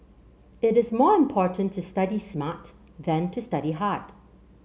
it is more important to study smart than to study hard